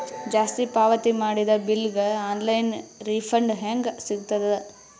ಜಾಸ್ತಿ ಪಾವತಿ ಮಾಡಿದ ಬಿಲ್ ಗ ಆನ್ ಲೈನ್ ರಿಫಂಡ ಹೇಂಗ ಸಿಗತದ?